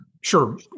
sure